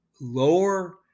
lower